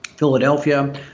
Philadelphia